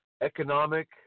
Economic